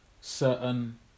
certain